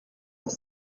doch